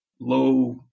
low